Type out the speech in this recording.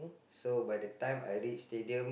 so by the time I reach stadium